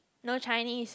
no Chinese